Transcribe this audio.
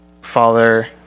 Father